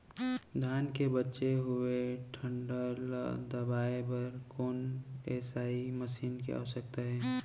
धान के बचे हुए डंठल ल दबाये बर कोन एसई मशीन के आवश्यकता हे?